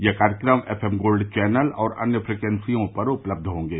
यह कार्यक्रम FM gold channel और अन्य फ्रिक्वेंसियों पर उपलब्ध होंगे